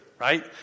right